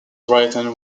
written